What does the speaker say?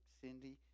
Cindy